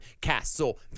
Castle